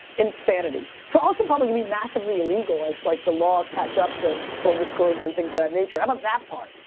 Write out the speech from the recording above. insanity. so also probably to be massively illegal as like the laws catch up to full disclosure and things of that nature, how about that part?